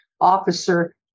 officer